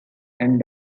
and